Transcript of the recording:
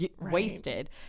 wasted